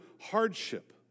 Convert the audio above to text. hardship